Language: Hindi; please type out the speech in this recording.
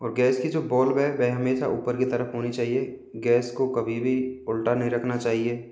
और गैस कि जो बोल्व है वो हमेशा ऊपर की तरफ होनी चाहिए गैस को कभी भी उल्टा नहीं रखना चाहिए